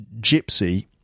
gypsy